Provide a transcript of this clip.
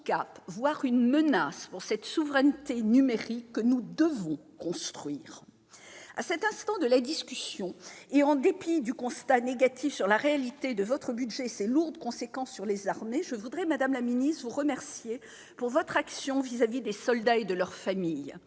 voire une menace pour cette souveraineté numérique que nous devons construire. À cet instant de la discussion et en dépit du constat négatif sur la réalité de votre budget et ses lourdes conséquences sur les armées, je voudrais, madame la ministre, vous remercier pour votre action vis-à-vis des soldats et de leurs familles.